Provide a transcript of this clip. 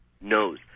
knows